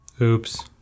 Oops